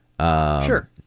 Sure